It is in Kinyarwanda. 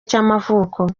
cy’amavuko